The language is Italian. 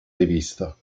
rivista